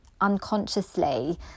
unconsciously